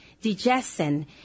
digestion